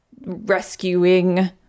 rescuing